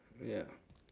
ya